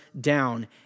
down